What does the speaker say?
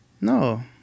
No